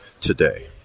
today